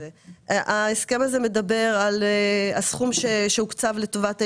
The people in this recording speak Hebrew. ההסכם הזה מדבר על הסכום שהוקצב לטובת העניין,